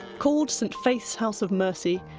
called st faith's house of mercy,